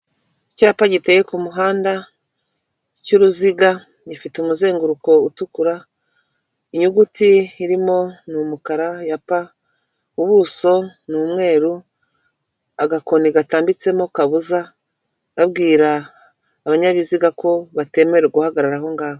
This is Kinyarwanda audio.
Icyapa giteye ku muhanda cy'uruziga gifite umuzenguruko utukura, inyuguti irimo ni umukara ya pa, ubuso ni umweru, agakoni gatambitsemo kabuza, babwira abanyabiziga ko batemerewe guhagarara aho ngaho.